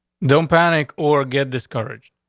don't panic or get discouraged.